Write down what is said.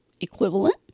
equivalent